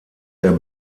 der